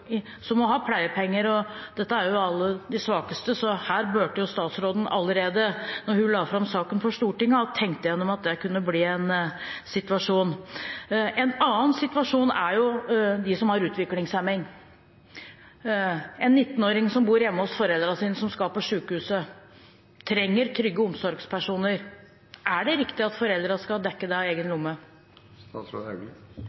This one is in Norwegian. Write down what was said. som må ha pleiepenger. Det er jo alle de svakeste, så her burde statsråden allerede da hun la fram saken for Stortinget, ha tenkt igjennom at det kunne bli en situasjon. En annen situasjon gjelder dem som har utviklingshemning. En 19-åring som bor hjemme hos foreldrene sine, og som skal på sykehus, trenger trygge omsorgspersoner. Er det riktig at foreldrene skal dekke det av egen